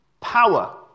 Power